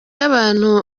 y’abantu